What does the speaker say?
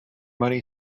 money